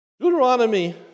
Deuteronomy